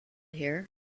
here